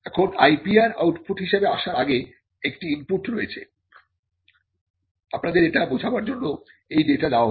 এখন IPR output হিসাবে আসার আগে একটি ইনপুট রয়েছেআপনাদের এটা বোঝাবার জন্য এই ডেটা দেওয়া হল